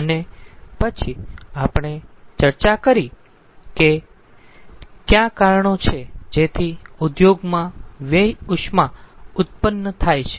અને પછી આપણે ચર્ચા કરી કે કયા કારણો છે જેથી ઉદ્યોગમાં વ્યય ઉષ્મા ઉત્પન્ન થાય છે